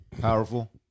powerful